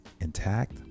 intact